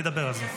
אני אדבר על זה.